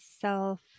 self